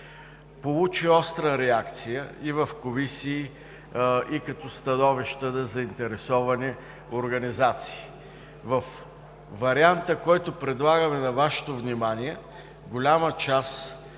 Получи остра реакция и в комисии, и като становища на заинтересовани организации. Във варианта, който предлагаме на Вашето внимание, голяма част